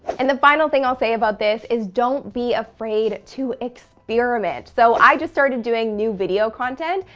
and the final thing i'll say about this is don't be afraid to experiment. so i just started doing new video content,